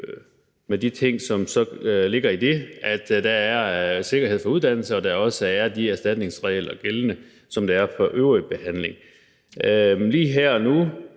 med de ting, som så ligger i det, er sikkerhed for uddannelse, og at der også er de erstatningsregler gældende, som der er for øvrig behandling. Lige nu og her